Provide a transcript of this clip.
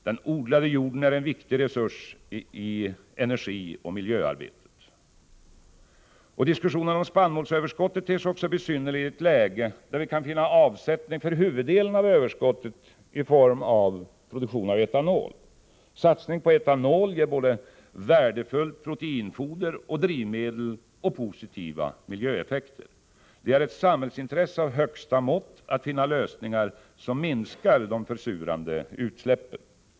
Den odlade jorden är en viktig resurs i energioch miljöarbetet. Diskussionen om spannmålsöverskottet ter sig också besynnerlig i ett läge, när vi kan finna avsättning för huvuddelen av överskottet i form av produktion av etanol. Satsning på etanol ger både värdefullt proteinfoder och drivmedel samt positiva miljöeffekter. Det är ett samhällsintresse av högsta mått att finna lösningar, som minskar de försurande utsläppen.